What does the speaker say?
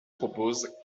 propose